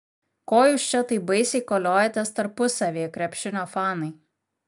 ko jūs čia taip baisiai koliojatės tarpusavyje krepšinio fanai